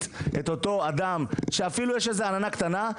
את אותו אדם שיש לגביו אפילו איזה עננה קטנה,